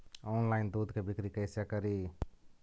Online दुध के बिक्री कैसे करि?